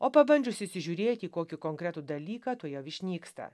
o pabandžius įsižiūrėt į kokį konkretų dalyką tuojau išnyksta